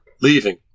leaving